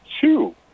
two